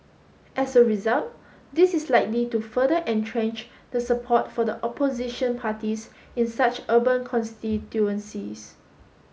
as a result this is likely to further entrench the support for the opposition parties in such urban constituencies